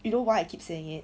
you know why you keep saying it